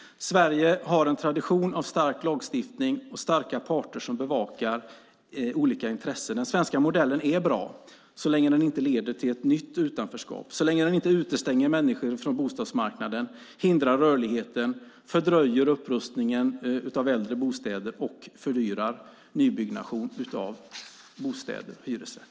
Sverige har en tradition av stark lagstiftning och starka parter som bevakar olika intressen. Den svenska modellen är bra så länge den inte leder till ett nytt utanförskap, så länge den inte utestänger människor från bostadsmarknaden, hindrar rörligheten, fördröjer upprustningen av äldre bostäder och fördyrar nybyggnation av bostäder, hyresrätter.